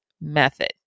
method